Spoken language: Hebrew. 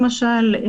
למשל.